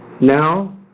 now